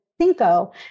Cinco